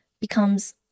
becomes